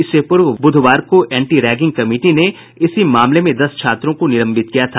इससे पूर्व बुधवार को एंटी रैगिंग कमिटी ने इसी मामले में दस छात्रों को निलंबित किया था